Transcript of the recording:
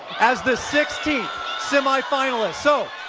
as the sixteenth semi-finalist so.